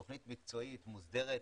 תוכנית מקצועית ומוסדרת.